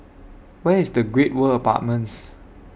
Where IS The Great World Apartments